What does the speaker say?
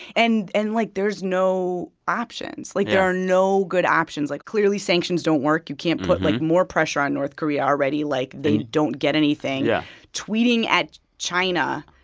and, and like there's no options. like. yeah. there are no good options. like, clearly, sanctions don't work. you can't put, like, more pressure on north korea already. like, they don't get anything yeah tweeting at china.